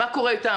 מה קורה איתם?